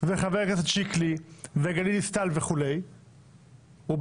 פרוש ואורבך גם, רובם